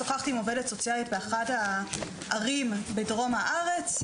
שוחחתי עם עובדת סוציאלית מאחת הערים בדרום ארץ.